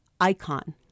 Icon